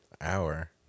Hour